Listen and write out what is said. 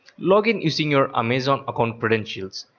login using your amazon account credentials.